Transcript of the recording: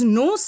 no